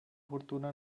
fortuna